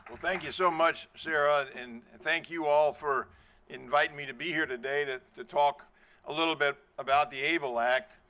thank you so much, sara and thank you all, for inviting me to be here today to to talk a little bit about the able act.